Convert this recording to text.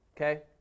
Okay